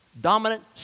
dominant